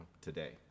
today